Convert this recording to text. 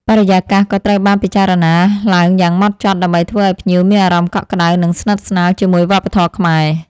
បរិយាកាសក៏ត្រូវបានពិចារណាឡើងយ៉ាងម៉ត់ចត់ ដើម្បីធ្វើឲ្យភ្ញៀវមានអារម្មណ៍កក់ក្ដៅ និងស្និទ្ធស្នាលជាមួយវប្បធម៌ខ្មែរ។